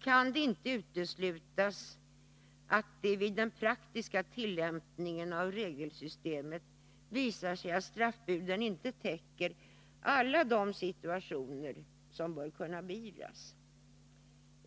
kan det inte uteslutas att det vid den praktiska tillämpningen av regelsystemet visar sig att straffbuden inte täcker alla de situationer som bör kunna beivras.